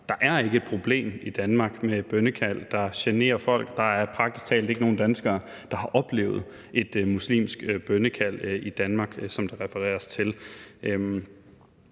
ikke er et problem i Danmark med bønnekald, der generer folk. Der er praktisk talt ikke nogen danskere, der har oplevet et muslimsk bønnekald i Danmark, som der refereres til.